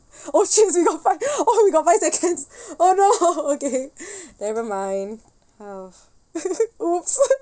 oh shit we got five oh we got five seconds oh no okay never mind ha !oops!